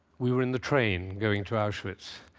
we were in the train going to auschwitz,